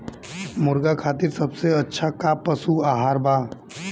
मुर्गा खातिर सबसे अच्छा का पशु आहार बा?